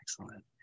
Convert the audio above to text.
Excellent